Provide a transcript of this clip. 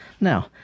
Now